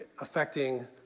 affecting